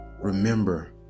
Remember